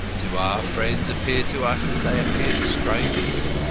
do our friends appear to us as they appear to strangers?